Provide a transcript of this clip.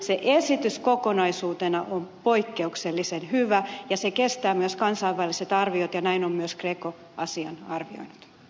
se esitys kokonaisuutena on poikkeuksellisen hyvä ja kestää myös kansainväliset arviot ja näin on myös greco asian harkinnut